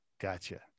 gotcha